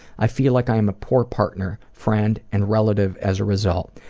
i feel like i am a poor partner, friend, and relative as a result.